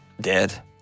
dead